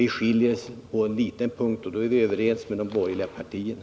Vi skiljer oss åt på en liten punkt, och där är vi moderater överens med de borgerliga partierna.